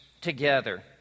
together